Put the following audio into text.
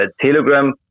Telegram